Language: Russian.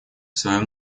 своем